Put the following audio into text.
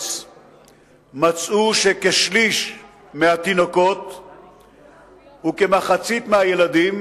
בארץ מצאו שכשליש מהתינוקות וכמחצית מהילדים